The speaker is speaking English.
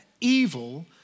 evil